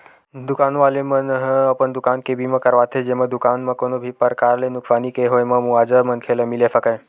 दुकान वाले मन ह अपन दुकान के बीमा करवाथे जेमा दुकान म कोनो भी परकार ले नुकसानी के होय म मुवाजा मनखे ल मिले सकय